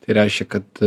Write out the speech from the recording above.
tai reiškia kad